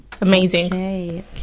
amazing